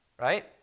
right